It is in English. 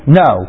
no